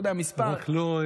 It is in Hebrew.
רק לא,